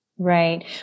Right